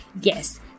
Yes